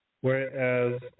whereas